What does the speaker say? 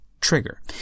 trigger